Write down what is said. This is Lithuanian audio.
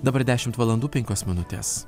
dabar dešimt valandų penkios minutės